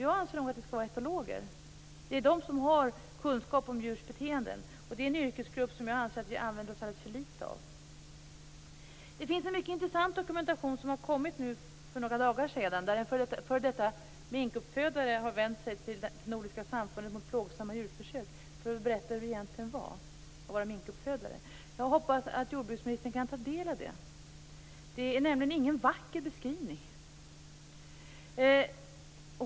Jag anser nog att vi skall ha etologer. Det är de som har kunskap om djurs beteenden. Det är en yrkesgrupp som jag anser att vi använder oss alldeles för lite av. Det finns en mycket intressant dokumentation som kom för några dagar sedan. En f.d. minkuppfödare har vänt sig till Nordiska samfundet mot plågsamma djurförsök för att berätta hur det egentligen var att vara minkuppfödare. Jag hoppas att jordbruksministern kan ta del av detta. Det är nämligen ingen vacker beskrivning.